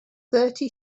thirty